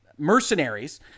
mercenaries